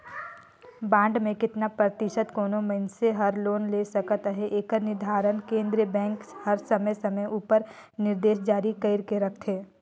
bond में केतना परतिसत कोनो मइनसे हर लोन ले सकत अहे एकर निरधारन केन्द्रीय बेंक हर समे समे उपर निरदेस जारी कइर के रखथे